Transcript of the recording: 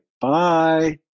bye